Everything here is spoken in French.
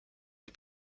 les